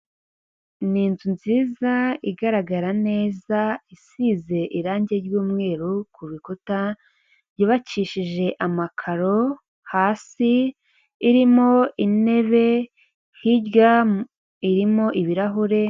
Ni inzu nziza igaragara neza, isize irangi ry'umweru ku rukuta, yubakishije amakaro hasi, irimo intebe, hirya irimo ibirahure.